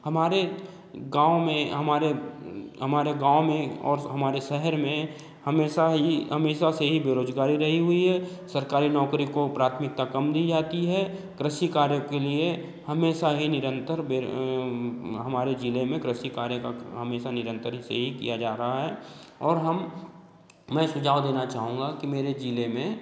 हमारे गाँव में हमारे हमारे गाँव में और हमारे शहर में हमेशा ही हमेशा से ही बेरोज़गारी रही हुई है सरकारी नौकरी को प्राथमिकता कम दी जाती है कृषि कार्य के लिए हमेशा ही निरंतर बे हमारे ज़िले में कृषि कार्य का हमेशा निरंतर से ही किया जा रहा है और हम मैं सुझाव देना चाहूँगा कि मेरे ज़िले में